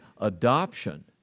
adoption